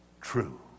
true